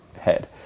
head